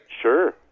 sure